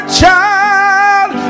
child